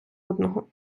одного